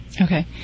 Okay